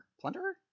Plunderer